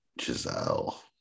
Giselle